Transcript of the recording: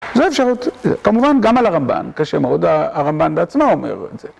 זה אפשרות... כמובן גם על הרמב"ן קשה מאוד. הרמב"ן בעצמו אומר את זה.